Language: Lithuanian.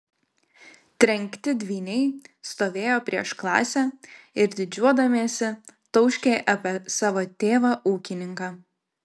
trenkti dvyniai stovėjo prieš klasę ir didžiuodamiesi tauškė apie savo tėvą ūkininką